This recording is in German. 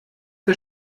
der